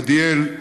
עדיאל,